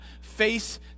face